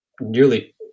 nearly